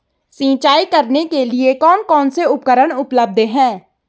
सिंचाई करने के लिए कौन कौन से उपकरण उपलब्ध हैं?